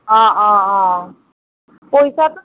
অঁ অঁ অঁ পইচাটো